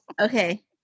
Okay